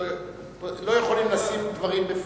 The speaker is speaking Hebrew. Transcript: לא יכולים לשים דברים בפיו,